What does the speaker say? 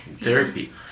therapy